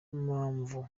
mpamvu